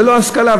ללא השכלה,